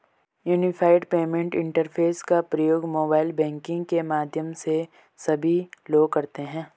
unified payment interface का प्रयोग mobile banking के माध्यम से सभी लोग करते हैं